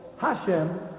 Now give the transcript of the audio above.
Hashem